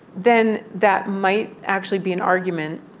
then that might actually be an argument,